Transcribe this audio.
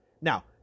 Now